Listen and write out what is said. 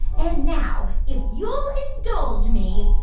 and now if you'll indulge me,